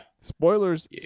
Spoilers